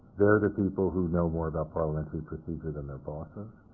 they're the people who know more about parliamentary procedure than their bosses.